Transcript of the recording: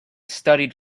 studied